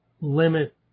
limit